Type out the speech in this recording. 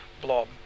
blob